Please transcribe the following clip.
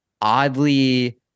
oddly